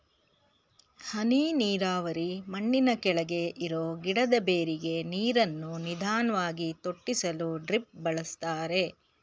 ಹನಿ ನೀರಾವರಿ ಮಣ್ಣಿನಕೆಳಗೆ ಇರೋ ಗಿಡದ ಬೇರಿಗೆ ನೀರನ್ನು ನಿಧಾನ್ವಾಗಿ ತೊಟ್ಟಿಸಲು ಡ್ರಿಪ್ ಬಳಸ್ತಾರೆ